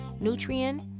nutrient